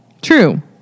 True